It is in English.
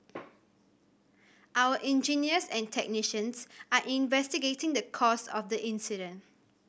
our engineers and technicians are investigating the cause of the incident